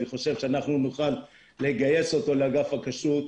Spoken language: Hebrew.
אני חושב שאנחנו נוכל לגייס אותו לאגף הכשרות.